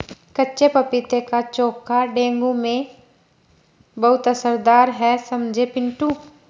कच्चे पपीते का चोखा डेंगू में बहुत असरदार है समझे पिंटू